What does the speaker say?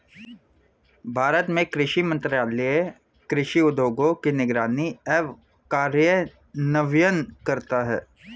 भारत में कृषि मंत्रालय कृषि उद्योगों की निगरानी एवं कार्यान्वयन करता है